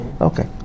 Okay